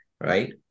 Right